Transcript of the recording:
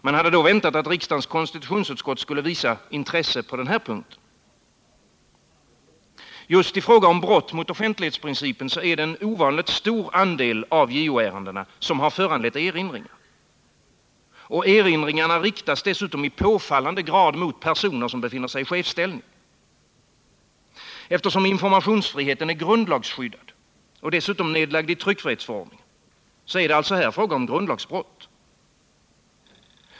Man hade väntat sig att riksdagens konstitutionsutskott skulle visa intresse på den här punkten. Just i fråga om brott mot offentlighetsprincipen är det en ovanligt stor andel av JO-ärendena som har föranlett erinringar. Erinringarna riktar sig dessutom i påfallande hög grad mot personer i chefsställning. Eftersom informationsfriheten är grundlagsskyddad och dessutom nedlagd i tryckfrihetsförordningen, är det alltså här fråga om grundlagsbrott.